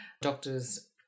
doctors